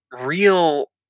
real